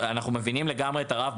אנחנו מבינים לגמרי את הרף,